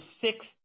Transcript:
six